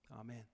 amen